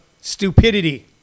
stupidity